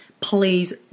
please